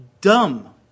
dumb